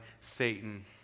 Satan